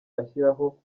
ashyiraho